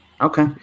Okay